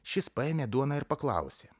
šis paėmė duoną ir paklausė